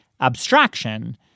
abstraction